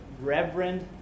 Reverend